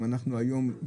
אם אנחנו היום.